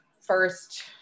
first